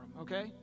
okay